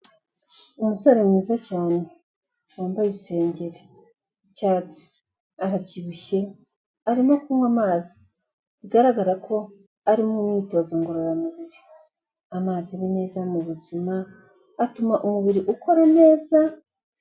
Umusore mwiza cyane, wambaye isengeri y'icyatsi, arabyibushye, arimo kunywa amazi, bigaragara ko ari mu myitozo ngororamubiri. Amazi ni meza mu buzima, atuma umubiri ukora neza.